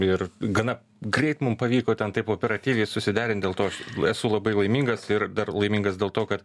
ir gana greit mum pavyko ten taip operatyviai susiderint dėl to aš esu labai laimingas ir dar laimingas dėl to kad